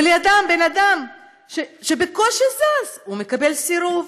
ולידם בן אדם שבקושי זז, והוא מקבל סירוב.